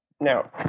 Now